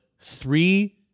three